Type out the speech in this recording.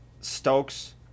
Stokes